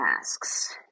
asks